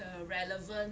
the relevant